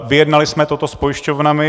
Vyjednali jsme toto s pojišťovnami.